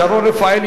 שרון רפאלי,